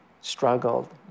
struggled